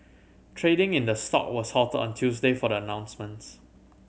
trading in the stock was halted on Tuesday for the announcements